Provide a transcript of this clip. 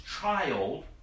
child